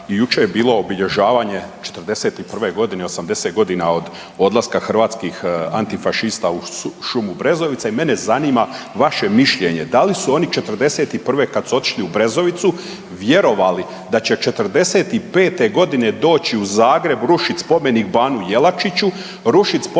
i jučer je bilo obilježavanje '41. godine 80 godina od odlaska hrvatskih antifašista u šumu Brezovica i mene zanima vaše mišljenje. Da li su oni '41. kad su otišli u Brezovicu vjerovali da će '45. godine doći u Zagreb rušit spomenik Banu Jelačiću, rušit spomenik u Karlobagu